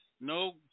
no